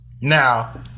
now